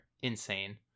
insane